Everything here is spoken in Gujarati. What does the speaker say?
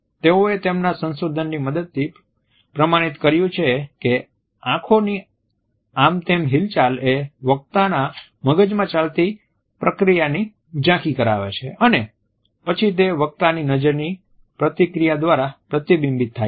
તેઓએ તેમના સંશોધનની મદદથી પ્રમાણિત કર્યું છે કે આંખોની આમતેમ હિલચાલ એ વક્તાના મગજ માં ચાલતી પ્રક્રિયાની જાંખી કરાવે છે અને પછી તે વક્તાની નજરની પ્રતિક્રિયા દ્વારા પ્રતિબિંબિત થાય છે